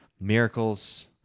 miracles